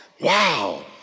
Wow